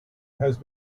has